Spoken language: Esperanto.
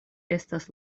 estas